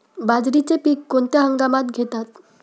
बाजरीचे पीक कोणत्या हंगामात घेतात?